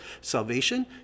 Salvation